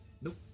Nope